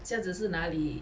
这样子是那里